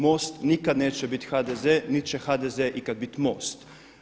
MOST nikada neće biti HDZ niti će HDZ ikad biti MOST.